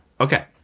Okay